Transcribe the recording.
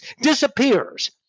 disappears